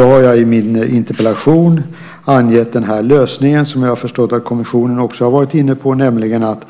Jag har i min interpellation angett den lösning som jag har förstått att kommissionen också har varit inne på, nämligen att